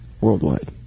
Worldwide